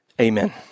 Amen